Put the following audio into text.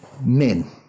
Men